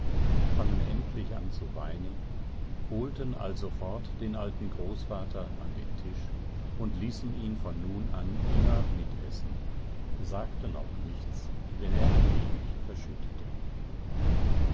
fangen endlich an zu weinen holten alsofort den alten großvater an den tisch und ließen ihn von nun an immer mit essen sagten auch nichts wenn er ein wenig verschüttete